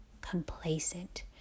complacent